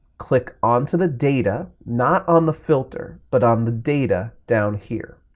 click on to the data, not on the filter, but on the data down here.